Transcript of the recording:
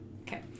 Okay